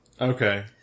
Okay